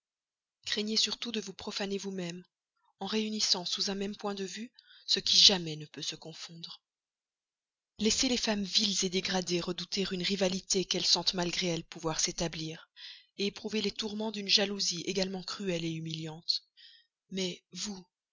craignez surtout de vous profaner vous-même en réunissant sous un même point de vue ce qui jamais ne peut se confondre laissez les femmes viles dégradées redouter une rivalité qu'elles sentent malgré elles pouvoir s'établir éprouver les tourments d'une jalousie également cruelle humiliante mais vous